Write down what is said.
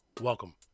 Welcome